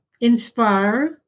inspire